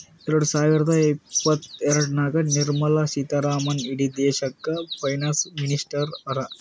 ಎರಡ ಸಾವಿರದ ಇಪ್ಪತ್ತಎರಡನಾಗ್ ನಿರ್ಮಲಾ ಸೀತಾರಾಮನ್ ಇಡೀ ದೇಶಕ್ಕ ಫೈನಾನ್ಸ್ ಮಿನಿಸ್ಟರ್ ಹರಾ